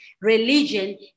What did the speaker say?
religion